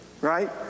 Right